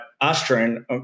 austrian